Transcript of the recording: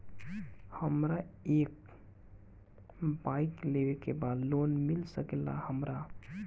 हमरा एक बाइक लेवे के बा लोन मिल सकेला हमरा?